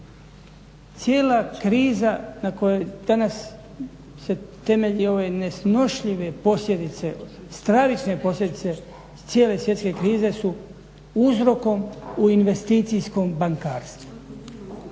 Cijela kriza na kojoj danas se temelji ove nesnošljive posljedice, stravične posljedice cijele svjetske krize su uzrokom u investicijskom bankarstvu,